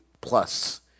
plus